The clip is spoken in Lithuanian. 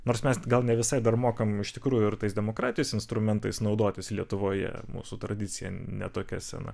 nors mes gal ne visai dar mokam iš tikrųjų ir tais demokratijos instrumentais naudotis lietuvoje mūsų tradicija ne tokia sena